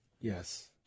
Yes